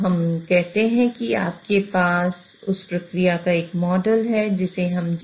तो हम कहते हैं कि आपके पास उस प्रक्रिया का एक मॉडल है जिसे हम